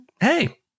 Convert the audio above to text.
hey